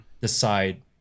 decide